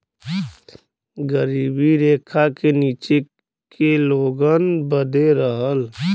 गरीबी रेखा के नीचे के लोगन बदे रहल